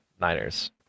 Niners